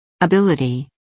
Ability